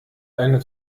eine